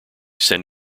send